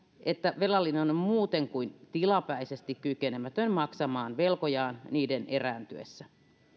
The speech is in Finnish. että velallinen on on muuten kuin tilapäisesti kykenemätön maksamaan velkojaan niiden erääntyessä